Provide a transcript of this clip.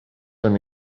and